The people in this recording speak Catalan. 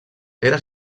era